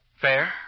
fair